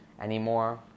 anymore